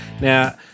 now